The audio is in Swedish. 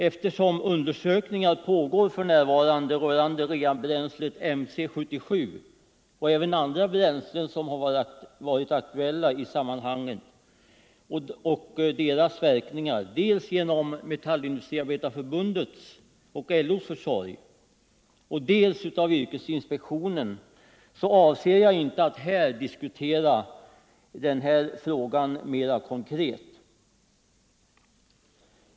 Eftersom undersökningar rörande verkningarna av reabränslet MC 77 och av andra bränslen som varit aktuella i sammanhanget för närvarande pågår, dels genom Metallindustriarbetareförbundets och LO:s försorg, dels inom yrkesinspektionen, avser jag inte att diskutera frågan mera konkret.